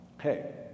hey